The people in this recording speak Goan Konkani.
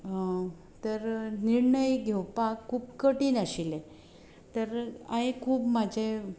तर निर्णय घेवपाक खूब कठीण आशिल्ले तर हांवें खूब म्हजे